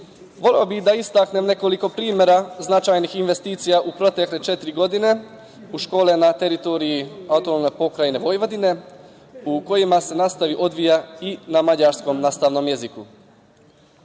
bih da istaknem nekoliko primera značajnih investicija u protekle četiri godine, u školama na teritoriji AP Vojvodine u kojima se nastava odvija i na mađarskom nastavnom jeziku: